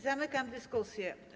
Zamykam dyskusję.